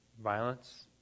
Violence